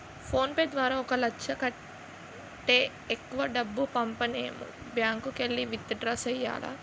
phone pay ద్వారా ఒక లచ్చ కంటే ఎక్కువ డబ్బు పంపనేము బ్యాంకుకెల్లి విత్ డ్రా సెయ్యాల